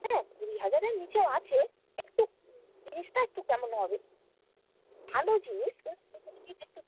হ্যাঁ কুড়ি হাজারের নিচেও আছে একটু জিনিসটা একটু কেমন হবে ভালো জিনিস একটু